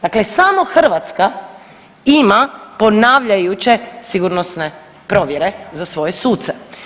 Dakle, samo Hrvatska ima ponavljajuće sigurnosne provjere za svoje suce.